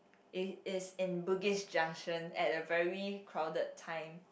it is in Bugis-Junction at a very crowded time